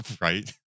Right